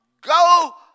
Go